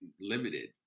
limited